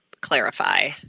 clarify